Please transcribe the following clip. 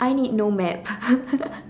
I need no map